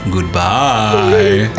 Goodbye